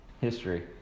history